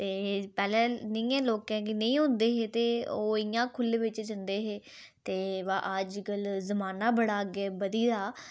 ते पैह्लें निं ऐ लोकें गी नेईं होंदे ह ते ओह् इं'या खु'ल्ले बिच जंदे हे ते बा अज्जकल जमाना बड़ा अग्गें बधी आ